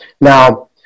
Now